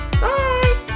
Bye